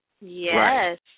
Yes